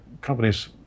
companies